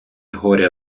горя